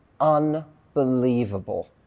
unbelievable